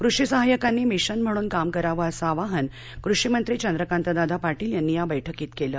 कृषी सहाय्यकांनी मिशन म्हणून काम करावं असं आवाहन कृषीमंत्री चंद्रकांतदादा पाटील यांनी या बैठकीत केलं